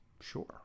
Sure